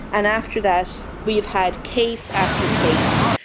and after that we've had case after case,